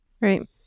right